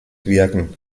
wirken